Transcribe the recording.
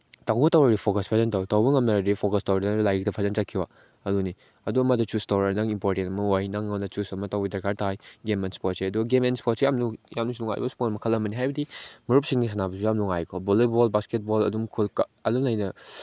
ꯇꯧꯅꯤꯅ ꯇꯧꯔꯗꯤ ꯐꯣꯀꯁ ꯐꯖꯅ ꯇꯧ ꯇꯧꯕ ꯉꯝꯗ꯭ꯔꯗꯤ ꯐꯣꯀꯁ ꯇꯧꯗ꯭ꯔꯗꯤ ꯂꯥꯏꯔꯤꯛꯇ ꯐꯖꯅ ꯆꯠꯈꯤꯕ ꯑꯗꯨꯅꯤ ꯑꯗꯨꯃꯗꯤ ꯆꯨꯁ ꯇꯧꯔ ꯅꯪꯒꯤ ꯏꯝꯄꯣꯔꯇꯦꯟ ꯑꯃ ꯋꯥꯔꯤ ꯅꯪꯉꯣꯟꯗ ꯆꯨꯁ ꯑꯃ ꯇꯧꯕꯒꯤ ꯗꯔꯀꯥꯔ ꯇꯥꯏ ꯒꯦꯝ ꯑꯦꯟ ꯏꯁꯄꯣꯔꯠꯁꯦ ꯑꯗꯨ ꯒꯦꯝ ꯑꯦꯟ ꯏꯁꯄꯣꯔꯠꯁꯦ ꯌꯥꯝꯅꯁꯨ ꯅꯨꯡꯉꯥꯏꯕ ꯏꯁꯄꯣꯔꯠ ꯃꯈꯜ ꯑꯃꯅꯤ ꯍꯥꯏꯕꯗꯤ ꯃꯔꯨꯞꯁꯤꯡꯒ ꯁꯥꯟꯅꯕꯁꯨ ꯌꯥꯝ ꯅꯨꯡꯉꯥꯏꯀꯣ ꯕꯣꯜꯂꯤꯕꯣꯜ ꯕꯥꯁꯀꯦꯠꯕꯣꯜ ꯑꯗꯨꯝ ꯈꯨꯜ ꯀꯛ ꯑꯗꯨꯝ ꯂꯩꯅ